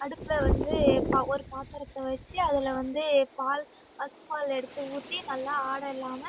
அடுப்பில் வந்து ஒரு பாத்திரத்தை வச்சு அதில் வந்து பால் பசும் பால் எடுத்து ஊற்றி நல்லா ஆடை இல்லாமல்